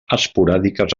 esporàdiques